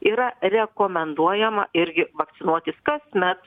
yra rekomenduojama irgi vakcinuotis kasmet